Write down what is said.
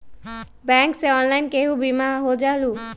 Bank से online केहु बिमा हो जाईलु?